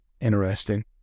Interesting